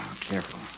Careful